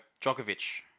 Djokovic